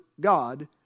God